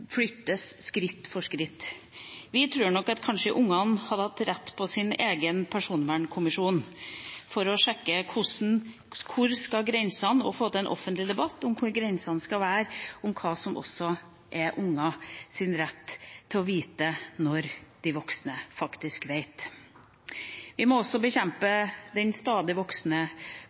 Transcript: flyttet, skritt for skritt. Vi tror at ungene kanskje hadde hatt rett på sin egen personvernkonvensjon for å sjekke hvor grensene skal gå, og for få til en offentlig debatt om hvor grensene skal være, for hva som er ungers rett til også å vite, når de voksne faktisk vet. Vi må også bekjempe den stadig